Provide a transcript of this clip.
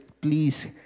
please